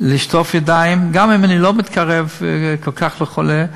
לשטוף ידיים, גם אם אני לא מתקרב כל כך לחולה.